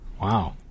Wow